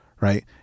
right